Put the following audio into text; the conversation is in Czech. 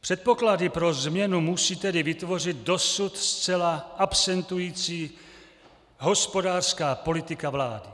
Předpoklady pro změnu musí tedy vytvořit dosud zcela absentující hospodářská politika vlády